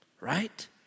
right